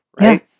right